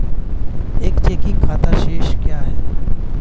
एक चेकिंग खाता शेष क्या है?